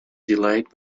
delayed